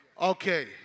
Okay